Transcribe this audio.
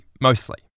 mostly